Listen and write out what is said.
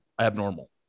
abnormal